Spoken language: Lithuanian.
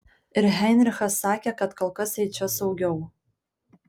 ir heinrichas sakė kad kol kas jai čia saugiau